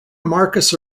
marcus